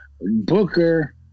Booker